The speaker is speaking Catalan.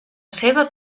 seva